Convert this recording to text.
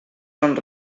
són